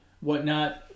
whatnot